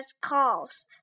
calls